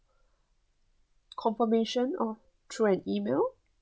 confirmation through an E-mail